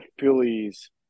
Phillies